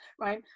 right